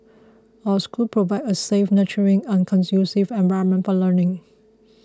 our school provide a safe nurturing and conducive environment for learning